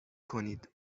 کنید